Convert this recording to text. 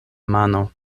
mano